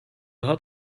had